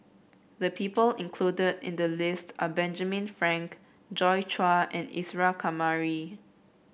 the people included in the list are Benjamin Frank Joi Chua and Isa Kamari